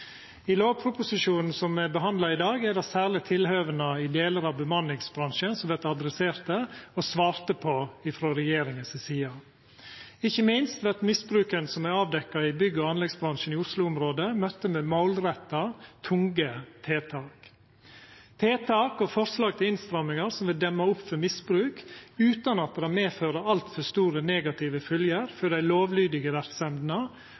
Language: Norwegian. I lovproposisjonen som me behandlar i dag, er det særleg tilhøva i delar av bemanningsbransjen som vert adresserte og svarte på frå regjeringa si side. Ikkje minst vert misbruken som er avdekt i bygg- og anleggsbransjen i Oslo-området, møtt med målretta og tunge tiltak – tiltak og forslag til innstrammingar som vil demma opp for misbruk utan at det får altfor store negative følgjer for dei lovlydige verksemdene,